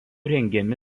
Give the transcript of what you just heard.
rengiami